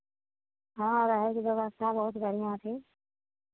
हँ रहयके व्यवस्था बहुत बढ़िआँ छै